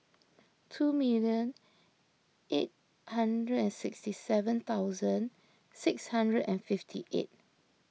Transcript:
two million eight hundred and sixty seven thousand six hundred and fifty eight